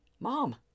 Mom